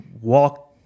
walk